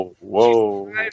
Whoa